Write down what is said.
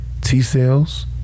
t-cells